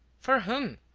for whom?